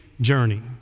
journey